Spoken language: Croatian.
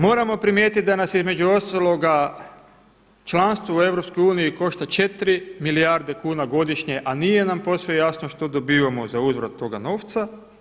Moramo primijetiti da nas između ostaloga članstvo u Europskoj uniji košta 4 milijarde kuna godišnje, a nije nam posve jasno što dobivamo za uzvrat toga novca.